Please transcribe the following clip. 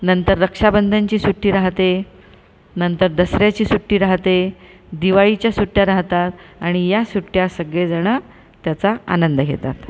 नंतर रक्षाबंधनची सुट्टी राहते नंतर दसऱ्याची सुट्टी राहते दिवाळीच्या सुट्ट्या राहतात आणि या सुट्ट्या सगळे जणं त्याचा आनंद घेतात